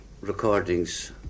recordings